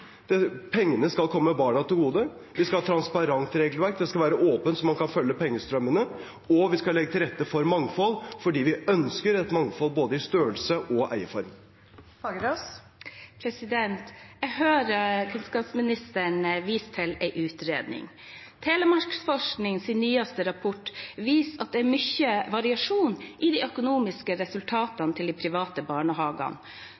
Pengene skal komme barna til gode. Vi skal ha et transparent regelverk; det skal være åpent, så man kan følge pengestrømmene. Og vi skal legge til rette for mangfold, fordi vi ønsker et mangfold både i størrelse og eierform. Jeg hører at kunnskapsministeren viser til en utredning. Telemarksforsknings nyeste rapport viser at det er mye variasjon i de private barnehagenes økonomiske